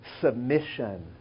submission